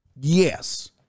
Yes